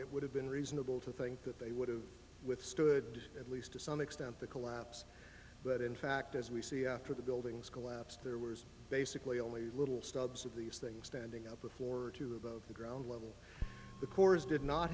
it would have been reasonable to think that they would have withstood at least to some extent the collapse but in fact as we see after the buildings collapsed there were basically only little stubs of these things standing up the floor to the ground level the cores did not